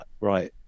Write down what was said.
right